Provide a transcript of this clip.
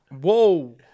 Whoa